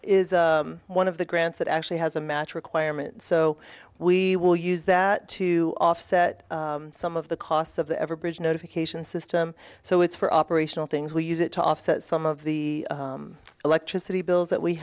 is one of the grants that actually has a match requirement so we will use that to offset some of the costs of the ever bridge notification system so it's for operational things we use it to offset some of the electricity bills that we